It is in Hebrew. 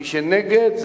ומי שנגד,